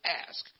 ask